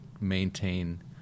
maintain